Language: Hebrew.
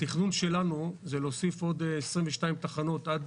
התכנון שלנו הוא להוסיף עוד 22 תחנות עד